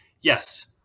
Yes